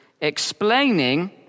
explaining